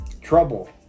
trouble